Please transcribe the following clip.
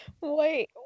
wait